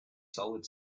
solid